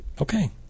okay